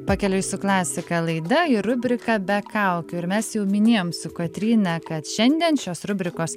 pakeliui su klasika laida ir rubrika be kaukių ir mes jau minėjom su kotryna kad šiandien šios rubrikos